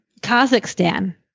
Kazakhstan